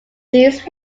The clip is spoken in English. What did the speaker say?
these